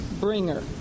bringer